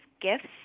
gifts